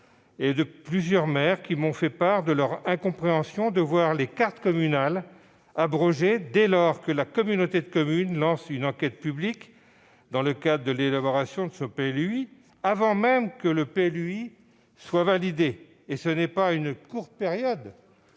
et par plusieurs maires ; ils m'ont fait part de leur incompréhension de voir les cartes communales abrogées dès lors que la communauté de communes lance une enquête publique dans le cadre de l'élaboration de son PLUi, avant même que celui-ci soit validé ! Il n'est pas question d'une courte période